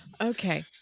Okay